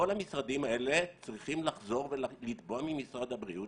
כל המשרדים האלה צריכים לחזור ולתבוע ממשרד הבריאות